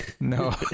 No